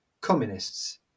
communists